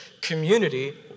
Community